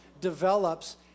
develops